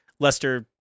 Lester